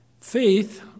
Faith